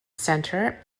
center